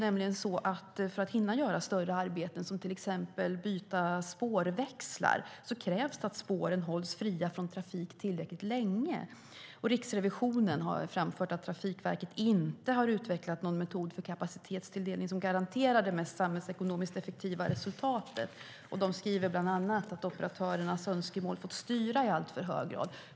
För att man ska hinna göra större arbeten som till exempel att byta spårväxlar krävs det nämligen att spåren hålls fria från trafik tillräckligt länge. Riksrevisionen har framfört att Trafikverket inte har utvecklat någon metod för kapacitetstilldelning som garanterar det mest samhällsekonomiskt effektiva resultatet. De skriver bland annat att operatörernas önskemål fått styra i alltför hög grad.